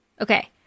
okay